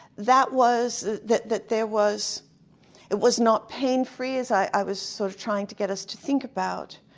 that was that that there was it was not pain-free, as i was sort of trying to get us to think about.